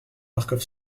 marcof